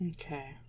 okay